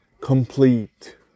Complete